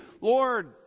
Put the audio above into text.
Lord